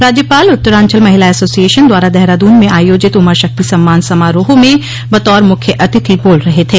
राज्यपाल उत्तरांचल महिला एसोसिएशन द्वारा देहरादून में आयोजित उमा शक्ति सम्मान समारोह में बतौर मुख्य अतिथि बोल रहे थे